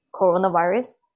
coronavirus